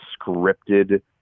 scripted